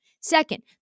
Second